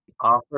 Offer